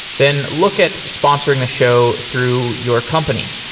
then look at sponsoring the show through your company.